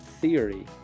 theory